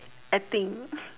acting